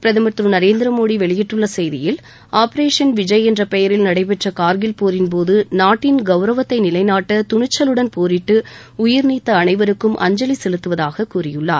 பிரதமர் திரு நரேந்திர மோடி வெளியிட்டுள்ள செய்தியில் ஆபரேஷன் விஜய் என்ற பெயரில் நடைபெற்ற கார்கில் போரின் போது நாட்டின் கௌரவத்தை நிலைநாட்ட துணிச்சலுடன் போரிட்டு உயிர் நீத்த அனைவருக்கும் அஞ்சலி செலுத்துவதாகக் கூறியுள்ளார்